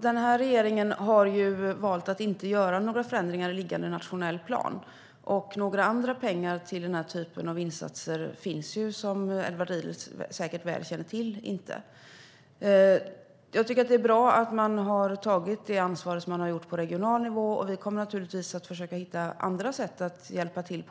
Den här regeringen har valt att inte göra några förändringar i liggande nationell plan. Och några andra pengar till den här typen av insatser finns inte, som Edward Riedl säkert väl känner till. Jag tycker att det är bra att man har tagit det ansvar man gjort på regional nivå. Vi kommer naturligtvis att försöka hitta andra sätt att hjälpa till.